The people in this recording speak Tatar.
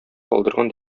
калдырган